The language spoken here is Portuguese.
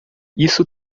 isso